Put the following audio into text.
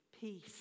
peace